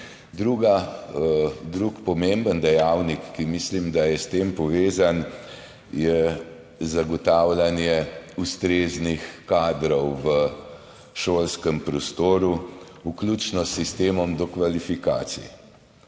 Drugi pomemben dejavnik, ki mislim, da je s tem povezan, je zagotavljanje ustreznih kadrov v šolskem prostoru, vključno s sistemom dokvalifikacij.